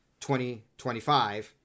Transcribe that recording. ...2025